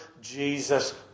Jesus